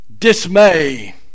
dismay